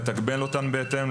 לתגמל אותן בהתאם,